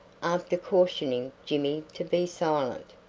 after cautioning jimmy to be silent.